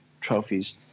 trophies